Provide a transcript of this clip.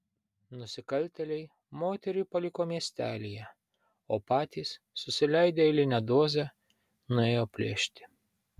nusikaltėliai moterį paliko miestelyje o patys susileidę eilinę dozę nuėjo plėšti